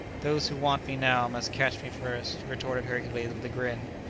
those who want me now must catch me first, retorted hercules, with a grin.